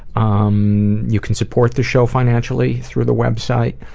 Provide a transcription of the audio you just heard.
um you can support the show financially through the website.